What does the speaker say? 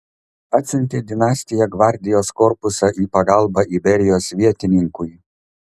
atsiuntė dinastija gvardijos korpusą į pagalbą iberijos vietininkui